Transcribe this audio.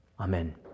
Amen